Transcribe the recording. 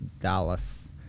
Dallas